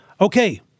Okay